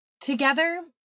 together